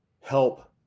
help